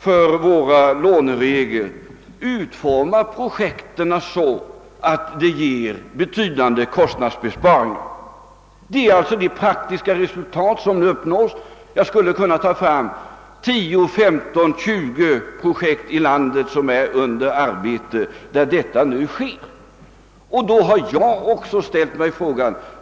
för våra låneregler söka utforma projekten så, att betydande kostnadsbesparingar vinnes. Det är alltså det praktiska resultat som nu uppnås. Jag skulle kunna räkna upp 10, 15, 20 andra projekt i landet som håller på att förberedas med samma förutsättningar.